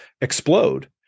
explode